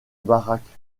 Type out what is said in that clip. baraque